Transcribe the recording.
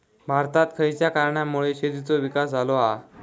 भारतात खयच्या कारणांमुळे शेतीचो विकास झालो हा?